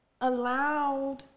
allowed